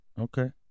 okay